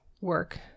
work